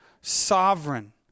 sovereign